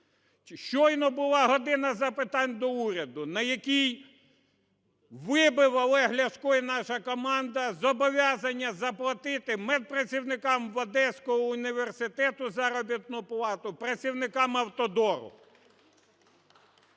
Щойно була "година запитань до Уряду", на якій вибив Олег Ляшко і наша команда зобов'язання заплатити медпрацівникам Одеського університету заробітну плату, працівникам автодору.